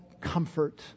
comfort